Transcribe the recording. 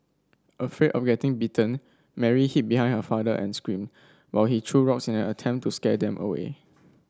afraid of getting bitten Mary hid behind her father and screamed while he threw rocks in an attempt to scare them away